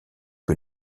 que